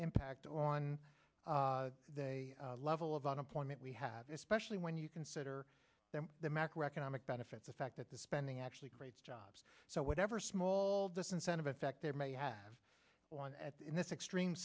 impact on the level of unemployment we have especially when you consider them the macro economic benefit the fact that the spending actually creates jobs so whatever small disincentive effect there may have on at in this extreme